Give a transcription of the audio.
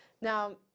now